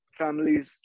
families